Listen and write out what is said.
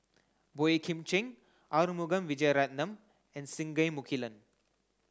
Boey Kim Cheng Arumugam Vijiaratnam and Singai Mukilan